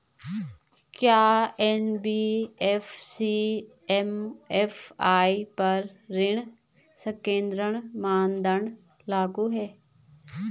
क्या NBFC MFI पर ऋण संकेन्द्रण मानदंड लागू हैं?